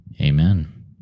Amen